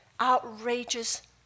outrageous